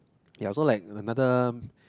yeah so like another